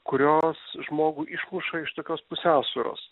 kurios žmogų išmuša iš tokios pusiausvyros